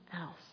else